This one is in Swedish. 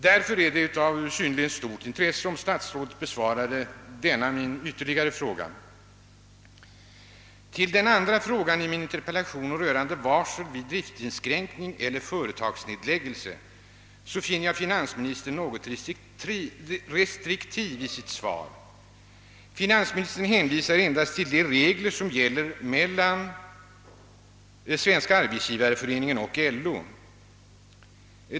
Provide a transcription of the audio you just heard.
Därför är det av synnerligen stort intresse om statsrådet besvarar denna min ytterligare fråga. Vad beträffar den andra frågan i min interpellation rörande varsel vid driftsinskränkning eller företagsnedläggelse finner jag finansministern något restriktiv i sitt svar. Han hänvisar endast till de regler som gäller mellan Svenska arbetsgivareföreningen och LO.